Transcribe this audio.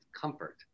comfort